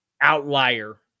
outlier